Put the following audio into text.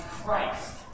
Christ